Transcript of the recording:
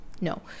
No